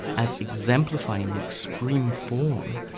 as exemplifying an extreme form,